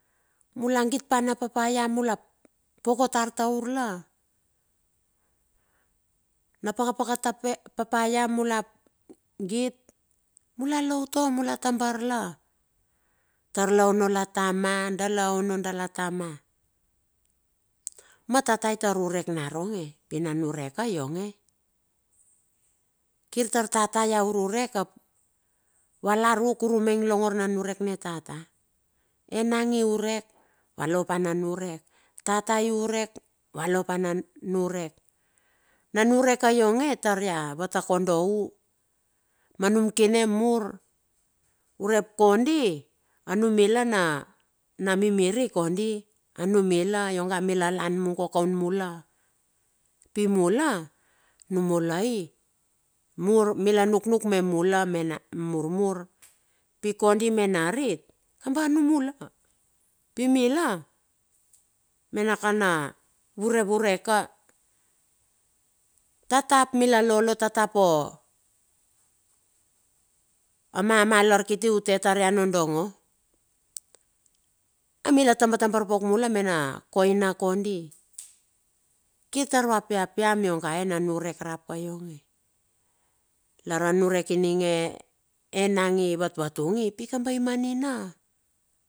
Mula git pa na papaya mula poko tar taur la, napaka paka tope papaya mula git, mula lo utua mula tambar la. Tar la ono la tama, dala ono dala tama, ma tata i tar urek na ronge, pi na niurek ka ionge. Kir taur tata ia ururek ap va lar a kur a maing longor na niurek ne tata. Enang i urek va lopa na niurek. Tata i urek. Na nurek ka ionge taria vatakodo u, ma num kine mur, urep kondi, a numila na mimiri kondi. A numila iongai mila lan mugo kaun mula, pimula numulai, mur mula nuknuk me mula ne na murmur. Pi kondi me narit, kamba numula. Pi mila, mena kana vurevurek ka, ta tap mila lolo tatap o a mamalar kiti tue tar ia nondongo. Mila tabatabar pauk mula me na koina kondi, kir tar va piapiam iongae na nurek rap ka ionge, lar a niurek ininge enang i vatvatungi i pi kamba i manina.